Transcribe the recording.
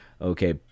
okay